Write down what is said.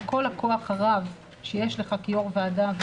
עם כל הכוח הרב שיש לך כיושב-ראש ועדה,